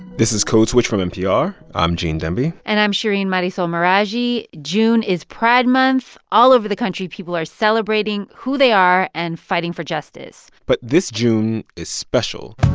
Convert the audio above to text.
this is code switch from npr. i'm gene demby and i'm shereen marisol meraji. june is pride month. all over the country, people are celebrating who they are and fighting for justice but this june is special